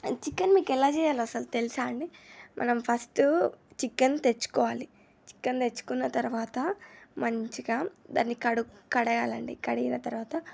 chicken మీకు ఎలా చెయ్యాలో అసలు తెలుసా అండి మనం ఫస్ట్ చికెన్ తెచ్చుకోవాలి చికెన్ తెచ్చుకున్న తర్వాత మంచిగా దాన్ని కడు కడగాలండి కడిగిన తర్వాత